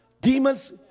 demons